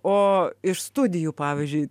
o iš studijų pavyzdžiui